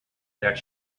that